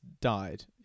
died